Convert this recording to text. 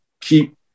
keep